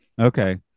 Okay